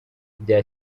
bya